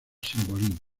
simbolismo